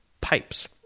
Pipes